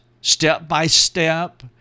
step-by-step